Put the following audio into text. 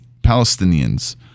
Palestinians